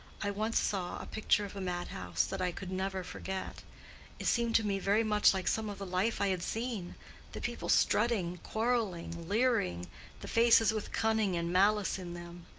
i once saw a picture of a madhouse, that i could never forget it seemed to me very much like some of the life i had seen the people strutting, quarreling, leering the faces with cunning and malice in them.